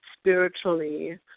spiritually